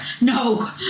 No